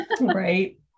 right